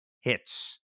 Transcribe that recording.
hits